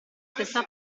questa